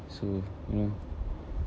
so you know